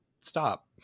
stop